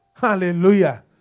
Hallelujah